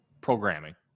programming